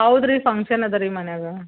ಹೌದ್ ರೀ ಫಂಕ್ಷನ್ ಅದ ರೀ ಮನೆಯಾಗ